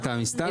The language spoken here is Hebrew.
אתה מסתלבט?